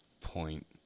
point